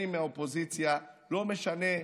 אם מהאופוזיציה, לא משנה,